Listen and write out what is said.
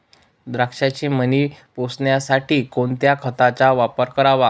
द्राक्षाचे मणी पोसण्यासाठी कोणत्या खताचा वापर करावा?